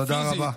תודה רבה.